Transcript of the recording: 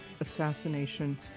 assassination